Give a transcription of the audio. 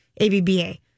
A-B-B-A